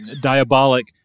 Diabolic